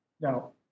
Now